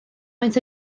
maent